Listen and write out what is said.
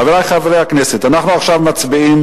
חברי חברי הכנסת, אנחנו מצביעים